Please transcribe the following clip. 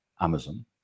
Amazon